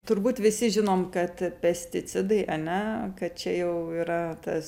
turbūt visi žinom kad pesticidai ane kad čia jau yra tas